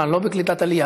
נתקבלה.